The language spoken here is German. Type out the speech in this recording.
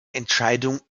entscheidung